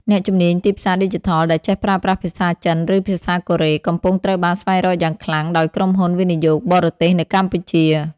អ្នកជំនាញទីផ្សារឌីជីថលដែលចេះប្រើប្រាស់ភាសាចិន ឬភាសាកូរ៉េ កំពុងត្រូវបានស្វែងរកយ៉ាងខ្លាំងដោយក្រុមហ៊ុនវិនិយោគបរទេសនៅកម្ពុជា។